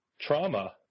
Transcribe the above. trauma